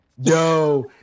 Yo